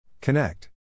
Connect